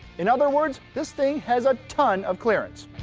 in other words this thing has a ton of clearance.